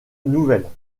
nouvelles